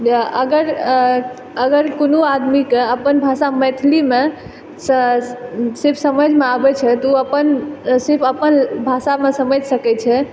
जेना अगर कोनो आदमीके अपन भाषा मैथिलीमे सिर्फ समझमे आबै छै तऽ ओ अपन सिर्फ ओ अपन भाषामे समझि सकै छै